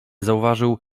zauważył